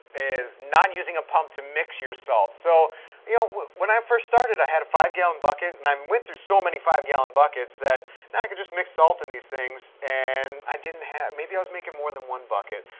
is not using a pump to mix your salt. so you know when i first started, i had a five gallon bucket and i um went through so many five gallon buckets that now i can just mix salt in these things and i didn't have, maybe i was making more than one bucket,